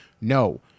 no